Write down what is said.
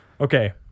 Okay